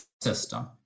system